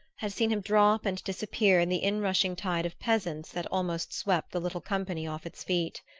had seen him drop and disappear in the inrushing tide of peasants that almost swept the little company off its feet.